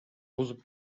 бузуп